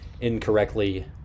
incorrectly